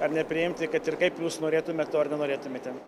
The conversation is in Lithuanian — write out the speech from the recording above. ar nepriimti kad ir kaip jūs norėtumėt to ar nenorėtumėte